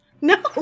No